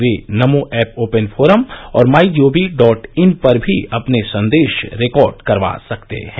ये NaMo app open forum और my G O V dot in पर भी अपने संदेश रिकार्ड करवा सकते हैं